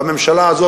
והממשלה הזאת,